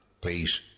Please